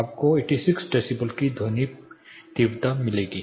आपको 86 डेसिबल की ध्वनि तीव्रता मिलेगी